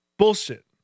Bullshit